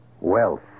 Wealth